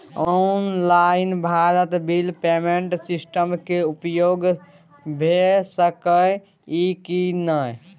Online Bharat bill payment system के उपयोग भ सके इ की नय?